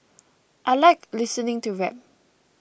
I like listening to rap